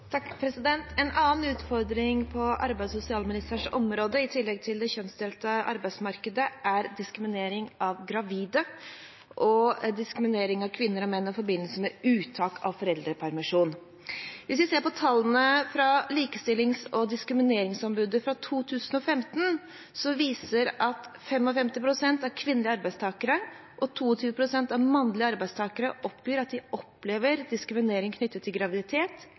En annen utfordring på arbeids- og sosialministerens område, i tillegg til det kjønnsdelte arbeidsmarkedet, er diskriminering av gravide og diskriminering av kvinner og menn i forbindelse med uttak av foreldrepermisjon. Hvis vi ser på tallene fra Likestillings- og diskrimineringsombudet fra 2015, viser de at 55 pst. av kvinnelige arbeidstakere og 22 pst. av mannlige arbeidstakere oppgir at de opplever diskriminering knyttet til graviditet